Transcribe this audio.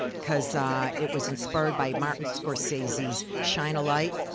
cause it was inspired by martin scorsese's shine a light,